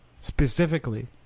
specifically